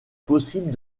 possible